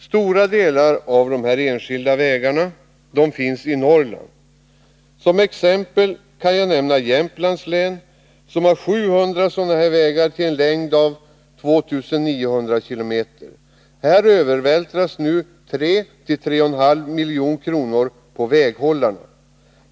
Stora delar av dessa enskilda vägar finns i Norrland. Som exempel kan nämnas Jämtlands län, som har 700 sådana vägar till en längd av 2 900 km. Här övervältras kostnader på mellan 3 och 3,5 milj.kr. på väghållarna.